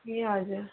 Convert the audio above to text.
ए हजुर